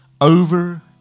over